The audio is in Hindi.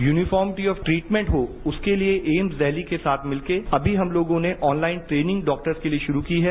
यूनिफार्मिटी ऑफ ट्रीटमेन्ट हो उसके लिये एम्स दिल्ली के साथ मिल कर अभी हम लोगों ने ऑनलाइन ट्रेनिंग डॉक्टर्स के लिये शुरू की है